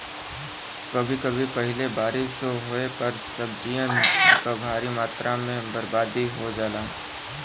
कभी कभी पहिले बारिस होये पर सब्जियन क भारी मात्रा में बरबादी हो जाला